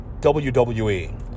WWE